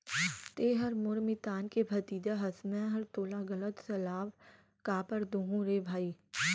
तैंहर मोर मितान के भतीजा हस मैंहर तोला गलत सलाव काबर दुहूँ रे भई